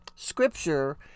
Scripture